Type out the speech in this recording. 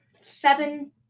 seven